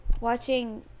watching